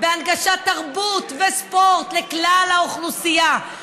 בהנגשת תרבות וספורט לכלל האוכלוסייה,